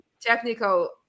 technical